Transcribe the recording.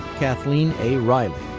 kathleen a. riley,